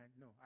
No